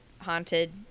haunted